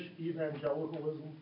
evangelicalism